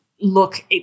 Look